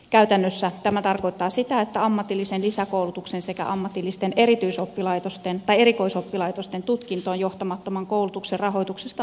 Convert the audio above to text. käytännössä tämä tarkoittaa sitä että ammatillisen lisäkoulutuksen sekä ammatillisten erityisoppilaitosten tai erikoisoppilaitosten tutkintoon johtamattoman koulutuksen rahoituksesta luovutaan